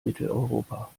mitteleuropa